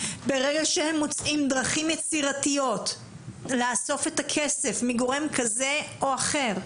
ברגע שהם מוצאים דרכים יצירתיות לאסוף את הכסף מגורם כזה או אחר,